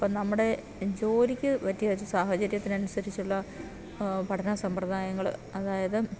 അപ്പം നമ്മുടെ ജോലിക്ക് പറ്റിയ ഒരു സാഹചര്യത്തിനനുസരിച്ചുള്ള പഠന സമ്പ്രദായങ്ങള് അതായത്